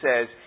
says